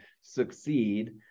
succeed